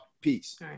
Peace